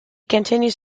continues